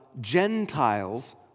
Gentiles